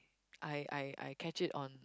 I I I catch it on